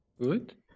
good